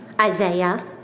Isaiah